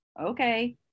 okay